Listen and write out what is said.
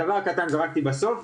הדבר הקטן זרקתי בסוף,